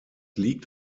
liegt